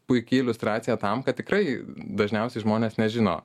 puiki iliustracija tam kad tikrai dažniausiai žmonės nežino